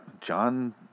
John